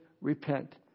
repent